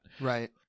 Right